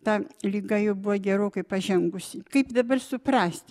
ta liga jau buvo gerokai pažengusi kaip dabar suprasti